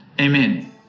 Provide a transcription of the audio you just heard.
Amen